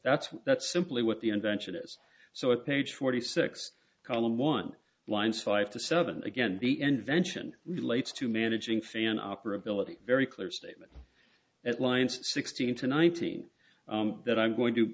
that's that's simply what the invention is so a page forty six column one winds five to seven again b n vention relates to managing fan operability very clear statement at lines sixteen to nineteen that i'm going to